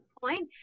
point